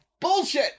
bullshit